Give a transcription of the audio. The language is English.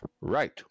Right